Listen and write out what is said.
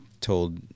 told